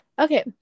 okay